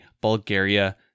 Bulgaria